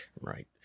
Right